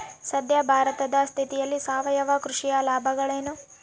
ಸದ್ಯ ಭಾರತದ ಸ್ಥಿತಿಯಲ್ಲಿ ಸಾವಯವ ಕೃಷಿಯ ಲಾಭಗಳೇನು?